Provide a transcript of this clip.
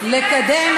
וכן,